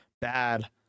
bad